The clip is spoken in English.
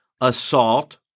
assault